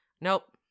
nope